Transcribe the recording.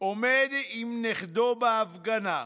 עומד עם נכדו בהפגנה.